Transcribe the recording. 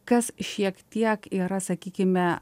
kas šiek tiek yra sakykime